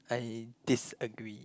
I disagree